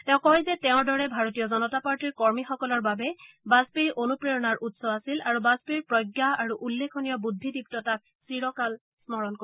তেওঁ কয় যে তেওঁৰ দৰে ভাৰতীয় জনতা পাৰ্টিৰ কৰ্মীসকলৰ বাবে বাজপেয়ী অনুপ্ৰেৰণাৰ উৎস আছিল আৰু বাজপেয়ীৰ প্ৰজ্ঞা আৰু উল্লেখনীয় বুদ্ধিদীপুতাক চিৰকাল স্মৰণ কৰিব